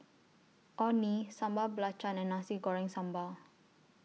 Orh Nee Sambal Belacan and Nasi Goreng Sambal